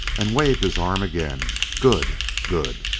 and waved his arm again. good! good!